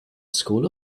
school